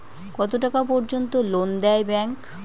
কত টাকা পর্যন্ত লোন দেয় ব্যাংক?